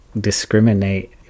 discriminate